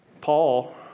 Paul